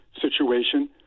situation